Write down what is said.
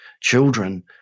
children